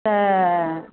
त